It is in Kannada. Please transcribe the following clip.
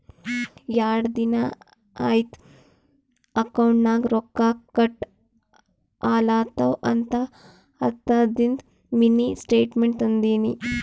ಯಾಡ್ ದಿನಾ ಐಯ್ತ್ ಅಕೌಂಟ್ ನಾಗ್ ರೊಕ್ಕಾ ಕಟ್ ಆಲತವ್ ಅಂತ ಹತ್ತದಿಂದು ಮಿನಿ ಸ್ಟೇಟ್ಮೆಂಟ್ ತಂದಿನಿ